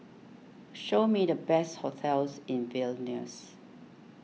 show me the best hotels in Vilnius